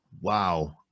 Wow